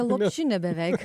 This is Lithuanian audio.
lopšinė beveik